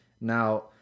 Now